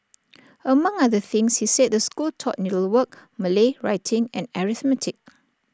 among other things he said the school taught needlework Malay writing and arithmetic